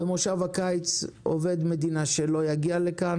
במושב הקיץ עובד מדינה שלא יגיע לכאן